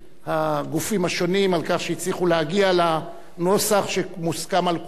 הגופים השונים על כך שהצליחו להגיע לנוסח שמוסכם על כולם.